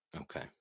Okay